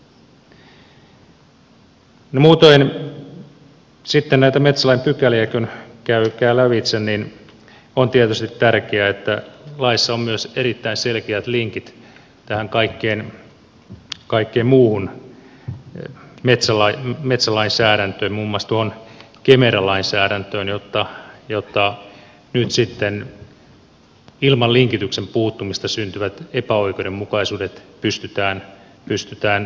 muutoin sitten näitä metsälain pykäliä kun käy lävitse niin on tietysti tärkeää että laissa on myös erittäin selkeät linkit tähän kaikkeen muuhun metsälainsäädäntöön muun muassa tuohon kemera lainsäädäntöön jotta nyt sitten linkityksen puuttumisesta syntyvät epäoikeudenmukaisuudet pystytään estämään